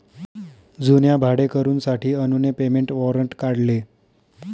जुन्या भाडेकरूंसाठी अनुने पेमेंट वॉरंट काढले